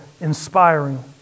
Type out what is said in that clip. inspiring